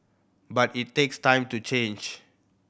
but it takes time to change